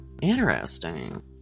Interesting